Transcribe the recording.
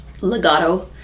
legato